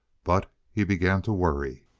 but he began to worry.